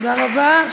תודה רבה.